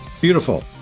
Beautiful